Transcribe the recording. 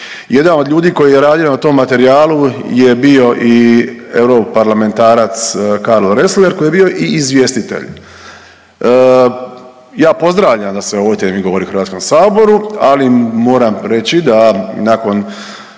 jedan od ljudi koji je radio na tom materijalu je bio i europarlamentarac Karlo Ressler koji je bio i izvjestitelj. Ja pozdravljam da se o ovoj temi govori u HS-u, ali moram reći da nakon